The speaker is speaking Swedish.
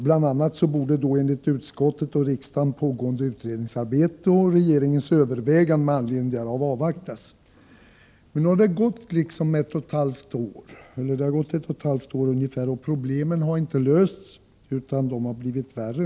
Utskottet och riksdagen ansåg då bl.a. att pågående utredningsarbete och regeringens övervägande med anledning därav skulle avvaktas. Det har nu gått ett och ett halvt år sedan dess, och problemen har inte lösts utan blivit värre.